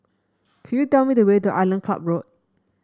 could you tell me the way to Island Club Road